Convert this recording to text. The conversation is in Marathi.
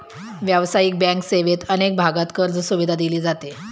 व्यावसायिक बँक सेवेत अनेक भागांत कर्जसुविधा दिली जाते